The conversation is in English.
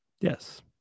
Yes